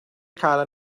cael